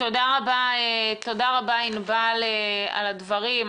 תודה רבה ענבל על הדברים.